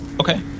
Okay